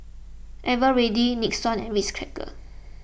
Eveready Nixon and Ritz Crackers